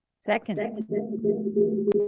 Second